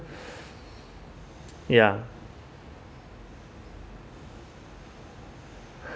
ya